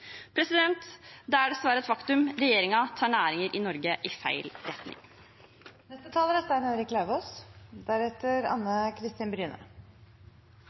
landbruket. Det er dessverre et faktum: Regjeringen tar næringer i Norge i feil